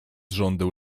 żądeł